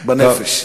בנפש.